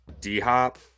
D-Hop